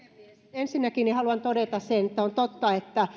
ensinnäkin haluan todeta sen että on totta että